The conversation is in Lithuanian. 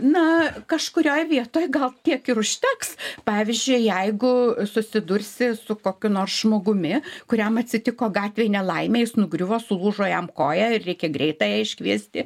na kažkurioj vietoj gal tiek ir užteks pavyzdžiui jeigu susidursi su kokiu nors žmogumi kuriam atsitiko gatvėj nelaimė jis nugriuvo sulūžo jam koja ir reikia greitąją iškviesti